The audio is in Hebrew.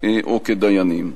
או כדיינים.